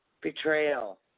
betrayal